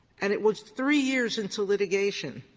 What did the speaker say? and it was three years into litigation